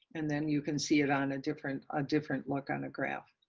and then you can see it on a different, on different look on a graph.